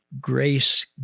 grace